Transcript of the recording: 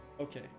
Okay